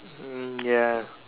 um ya